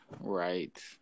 right